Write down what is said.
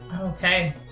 Okay